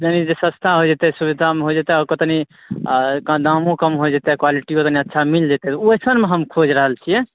यानि जे सस्ता होइ जेते सुविधामे होइ जेतै आ को तनि आ दामो कम होइ जेते क्वालटियोमे ने अच्छा मिल जैते ओइसनमे हम खोजि रहल छियै